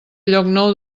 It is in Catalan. llocnou